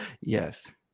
Yes